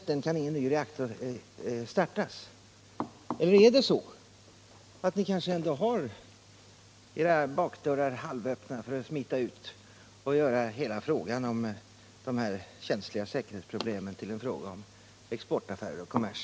Eller har ni kanske ändå era bakdörrar halvöppna för att smita ut och göra alla dessa känsliga säkerhetsproblem till en fråga om exportaffärer och kommers?